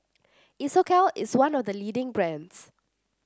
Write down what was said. Isocal is one of the leading brands